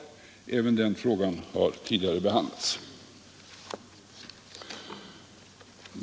Även den frågan har behandlats tidigare.